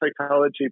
psychology